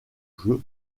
jeu